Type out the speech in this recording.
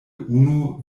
unu